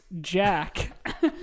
Jack